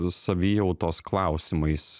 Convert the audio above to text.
savijautos klausimais